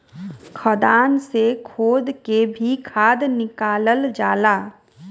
खदान से खोद के भी खाद निकालल जाला